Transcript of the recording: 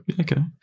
Okay